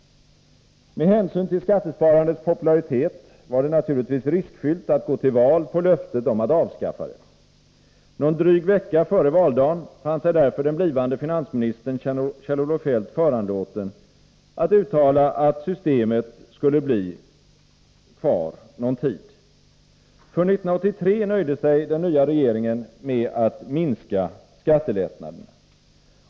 Med hänsyn till skattesparandets popularitet var det naturligtvis riskfyllt att gå till val på löftet om att avskaffa det. Någon dryg vecka före valdagen fann sig därför den blivande finansministern Kjell-Olof Feldt föranlåten att uttala att systemet skulle bli kvar någon tid. För 1983 nöjde sig den nya regeringen med att minska skattelättnaderna.